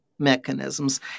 Mechanisms